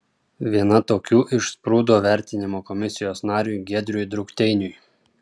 viena tokių išsprūdo vertinimo komisijos nariui giedriui drukteiniui